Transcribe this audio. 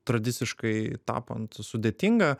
tradiciškai tapant sudėtinga